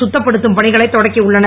சுத்தப்படுத்தும் பணிகளைத் தொடக்கி உள்ளனர்